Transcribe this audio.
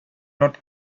not